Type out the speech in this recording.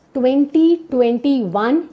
2021